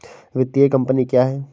वित्तीय कम्पनी क्या है?